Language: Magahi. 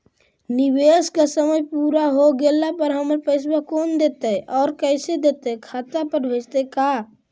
निवेश के समय पुरा हो गेला पर हमर पैसबा कोन देतै और कैसे देतै खाता पर भेजतै का?